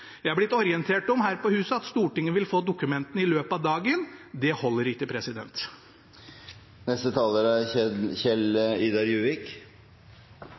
Jeg har blitt orientert om, her på huset, at Stortinget vil få dokumentene i løpet av dagen. Det holder ikke! Det er